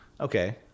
okay